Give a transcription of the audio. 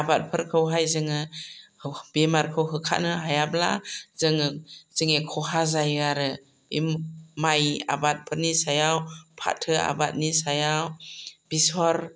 आबादफोरखौहाय जोङो बेमारखौ होखारनो हायाब्ला जोङो जोंनि खहा जायो आरो बे माइ आबादफोरनि सायाव फाथो आबादनि सायाव बेसर